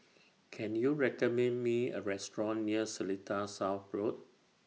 Can YOU recommend Me A Restaurant near Seletar South Road